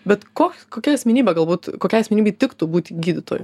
bet ko kokia asmenybė galbūt kokiai asmenybei tiktų būti gydytoju